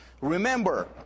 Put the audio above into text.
Remember